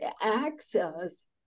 access